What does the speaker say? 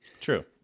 True